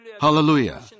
Hallelujah